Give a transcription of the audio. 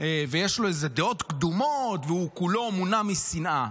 ויש לו איזה דעות קדומות והוא כולו מונע משנאה.